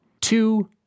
two